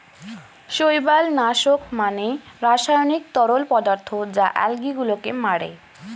শৈবাল নাশক মানে রাসায়নিক তরল পদার্থ যা আলগী গুলোকে মারে